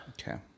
Okay